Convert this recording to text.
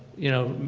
you know,